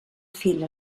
fil